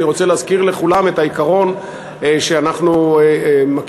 אני רוצה להזכיר לכולם את העיקרון שאנחנו מכירים,